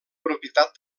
propietat